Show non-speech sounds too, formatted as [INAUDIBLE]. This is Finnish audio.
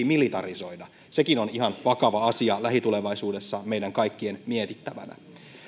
[UNINTELLIGIBLE] militarisoida sekin on ihan vakava asia lähitulevaisuudessa meidän kaikkien mietittävänä